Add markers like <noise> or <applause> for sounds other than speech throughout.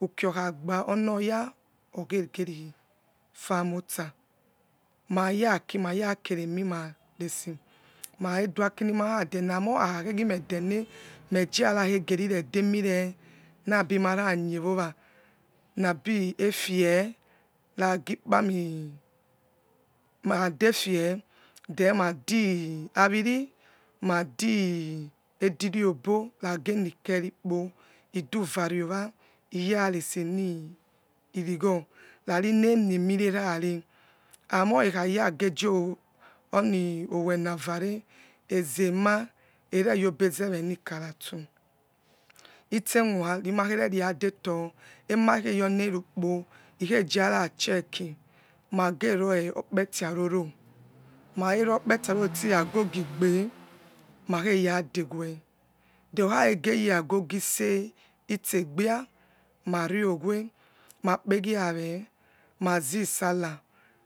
Uki okhagbe onoyaokhegeri famoi otsa ma yaki marakeremumarese makhakhe dua aki mima nade ne amoi akha khe gimedene mejara khege nredemi re naboi mara nie wowa nabi efie ragikpami makha defie then ma di ariri ma di edirobo nadenikepo iduvare owa iyaresenirigo rarine miemirerare amor ekhayagejoroni owenavare ezema ereyi obezewe nicaratu itse emova rimaghyadeto emakheyonerukpo ikhejaracheki mageroi okpeti aroro <noise> ma khakheroi okpeti aroro stie agogi igbe makheyadewe then okha khege yi agogo ise itsegbia mariowe makpegie awe mazisallah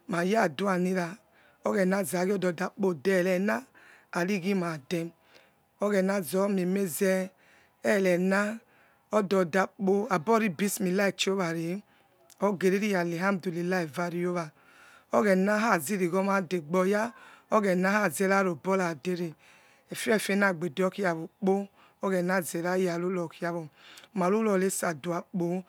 mayadua nira oghena zagi ododakpo de werena arighimade oghenazome imeze ododako abri biomillah vare owe oghena khazerirobara dere efe efe nagbede kia wukpu oghenah zerararurokia wor marurorese aduakpo